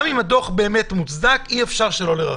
גם אם הדוח באמת מוצדק, אי אפשר שלא לרחם.